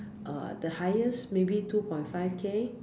uh the highest maybe two point five K